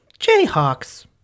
Jayhawks